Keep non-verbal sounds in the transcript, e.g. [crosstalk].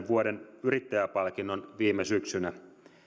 [unintelligible] vuoden valtakunnallisen yrittäjäpalkinnon viime syksynä